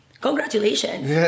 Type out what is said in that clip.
congratulations